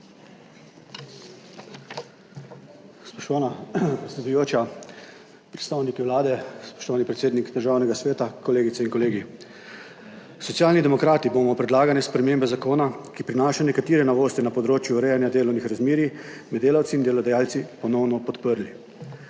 Spoštovana predsedujoča, predstavniki Vlade, spoštovani predsednik Državnega sveta, kolegice in kolegi! Socialni demokrati bomo predlagane spremembe zakona, ki prinaša nekatere novosti na področju urejanja delovnih razmerij med delavci in delodajalci, ponovno podprli.